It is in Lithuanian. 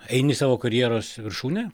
eini į savo karjeros viršūnę